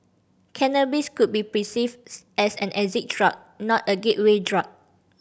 cannabis could be perceived as an exit drug not a gateway drug